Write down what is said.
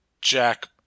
Jack